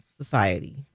society